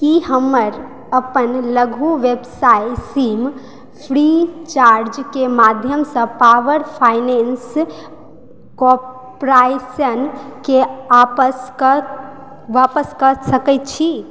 की हम अपन लघु व्यवसाय ऋण फ्री चार्जके माध्यमसँ पावर फाइनान्स कारपोरेशनमे वापस कऽ सकै छी